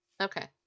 Okay